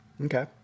okay